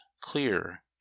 clear